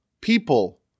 people